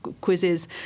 quizzes